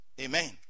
Amen